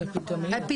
כמה מתו בפתאומיות?